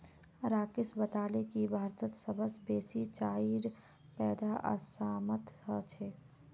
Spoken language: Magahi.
राकेश बताले की भारतत सबस बेसी चाईर पैदा असामत ह छेक